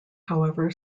however